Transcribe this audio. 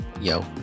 Yo